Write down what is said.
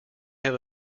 have